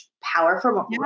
powerful